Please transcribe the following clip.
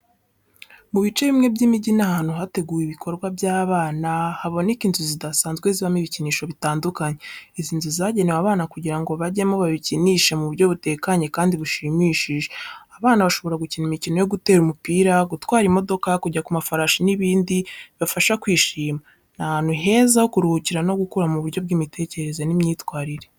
Mu bice bimwe by’imijyi n’ahantu hateguwe ibikorwa by’abana, haboneka inzu zidasanzwe zibamo ibikinisho bitandukanye. Izi nzu zagenewe abana kugira ngo bajyemo babikinishe mu buryo butekanye kandi bushimishije. Abana bashobora gukina imikino yo gutera umupira, gutwara imodoka, kujya ku mafarashi n'ibindi bibafasha kwishimana. Ni ahantu heza ho kuruhukira no gukura mu buryo bw’imitekerereze n’imyitwarire.